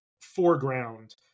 foreground